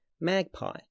magpie